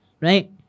right